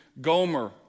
Gomer